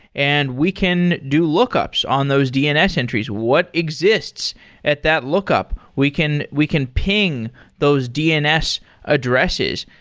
and we can do lookups on those dns entries, what exists at that lookup. we can we can ping those dns addresses.